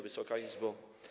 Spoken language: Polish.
Wysoka Izbo!